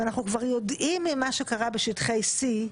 אנחנו כבר יודעים ממה שקרה בשטחי C,